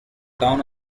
town